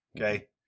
okay